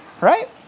right